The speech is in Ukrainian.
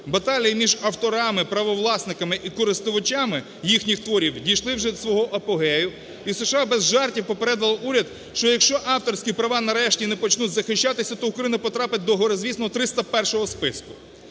баталії між авторами правовласниками і користувачами їхніх творів дійшли вже свого апогею і США без жартів попередило уряд, що якщо авторські права нарешті не почнуть захищатися, то Україна потрапить до горезвісного 301-го списку.